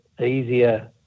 easier